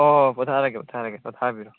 ꯍꯣꯏ ꯍꯣꯏ ꯄꯣꯊꯥꯔꯒꯦ ꯄꯣꯊꯥꯔꯒꯦ ꯄꯣꯊꯥꯕꯤꯔꯣ